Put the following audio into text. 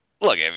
look